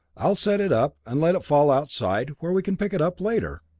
i'll send it up, and let it fall outside, where we can pick it up later.